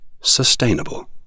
sustainable